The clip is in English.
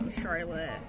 Charlotte